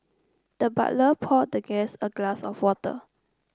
the butler poured the guest a glass of water